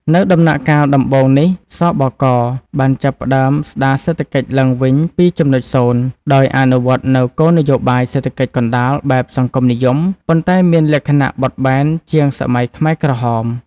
នៅដំណាក់កាលដំបូងនេះ ស.ប.ក. បានចាប់ផ្ដើមស្ដារសេដ្ឋកិច្ចឡើងវិញពីចំណុចសូន្យ ដោយអនុវត្តនូវគោលនយោបាយសេដ្ឋកិច្ចកណ្ដាលបែបសង្គមនិយម ប៉ុន្តែមានលក្ខណៈបត់បែនជាងសម័យខ្មែរក្រហម ។